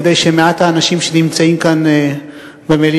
כדי שמעט האנשים שנמצאים כאן במליאה